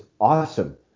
awesome